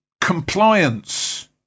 compliance